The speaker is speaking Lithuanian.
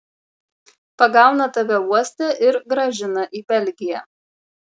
pagauna tave uoste ir grąžina į belgiją